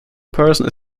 person